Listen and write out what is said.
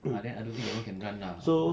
ah then I don't think that [one] can run lah